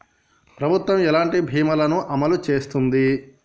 ప్రభుత్వం ఎలాంటి బీమా ల ను అమలు చేస్తుంది?